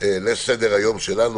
לסדר-היום שלנו.